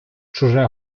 чуже